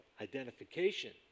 identification